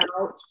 out